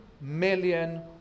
million